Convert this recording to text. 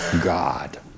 God